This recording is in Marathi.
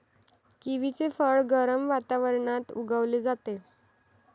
किवीचे फळ गरम वातावरणात उगवले जाते